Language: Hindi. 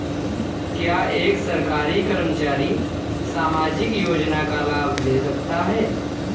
क्या एक सरकारी कर्मचारी सामाजिक योजना का लाभ ले सकता है?